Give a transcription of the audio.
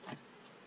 so